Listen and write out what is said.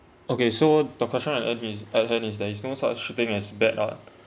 okay so the question I agrees at is that there is no such thing as bad art